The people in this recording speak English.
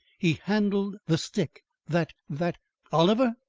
he handled the stick that that oliver?